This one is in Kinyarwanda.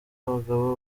abagabo